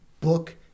book